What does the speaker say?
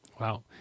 Wow